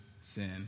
sin